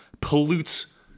pollutes